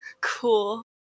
Cool